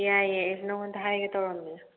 ꯌꯥꯏꯌꯦ ꯑꯩꯁꯨ ꯅꯉꯣꯟꯗ ꯍꯥꯏꯒꯦ ꯇꯧꯔꯃꯂꯤꯅꯦ